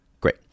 Great